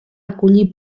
acollir